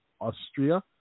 Austria